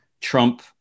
Trump-